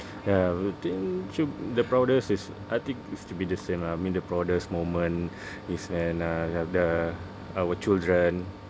ya I would think should the proudest is I think it's to be the same lah I mean the proudest moment is when uh have the our children